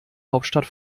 hauptstadt